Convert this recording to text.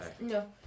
no